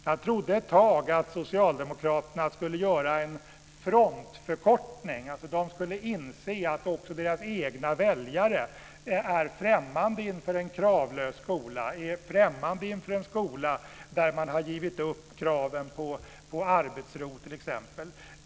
Jag trodde ett tag att socialdemokraterna skulle göra en frontförkortning, dvs. att de skulle inse att också deras egna väljare är främmande inför en kravlös skola, en skola där man t.ex. har givit upp kraven på arbetsro.